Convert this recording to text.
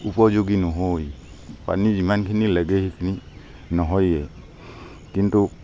উপযোগী নহয় পানী যিমানখিনি লাগে সেইখিনি নহয়ে কিন্তু